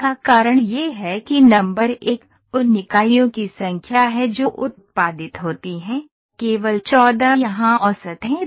इसका कारण यह है कि नंबर एक उन इकाइयों की संख्या है जो उत्पादित होती हैं केवल 14 यहां औसत है